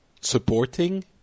supporting